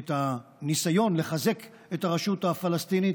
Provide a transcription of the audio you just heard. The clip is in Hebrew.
את הניסיון לחזק את הרשות הפלסטינית,